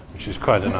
which was quite